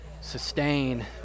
sustain